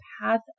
path